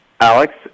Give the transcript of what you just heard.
Alex